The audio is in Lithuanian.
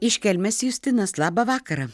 iš kelmės justinas labą vakarą